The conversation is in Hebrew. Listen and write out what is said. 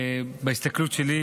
בהסתכלות שלי,